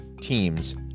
teams